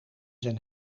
zijn